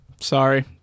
sorry